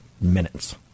minutes